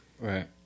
Right